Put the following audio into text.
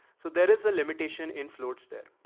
so there is a limitation in float stair.